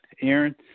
Aaron